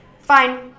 fine